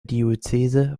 diözese